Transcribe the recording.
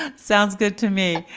ah sounds good to me.